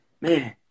man